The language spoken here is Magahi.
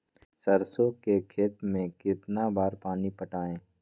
सरसों के खेत मे कितना बार पानी पटाये?